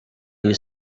iyi